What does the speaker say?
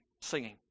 singing